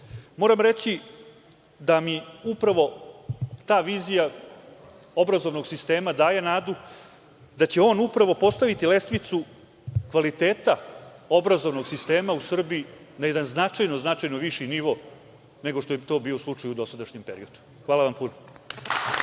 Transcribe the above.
Moram reći da mi upravo ta vizija obrazovnog sistema daje nadu da će on upravo postaviti lestvicu kvaliteta obrazovnog sistema u Srbiji na značajno viši nivo nego što je to bio slučaj u dosadašnjem periodu. Hvala puno.